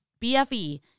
BFE